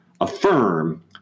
affirm